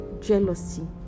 jealousy